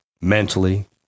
mentally